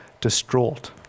distraught